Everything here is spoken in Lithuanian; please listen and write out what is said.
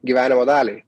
gyvenimo daliai